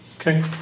Okay